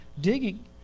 digging